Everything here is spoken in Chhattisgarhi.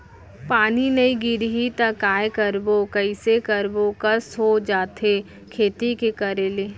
पानी नई गिरही त काय करबो, कइसे करबो कस हो जाथे खेती के करे ले